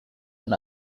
and